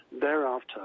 thereafter